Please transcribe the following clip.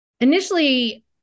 Initially